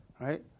right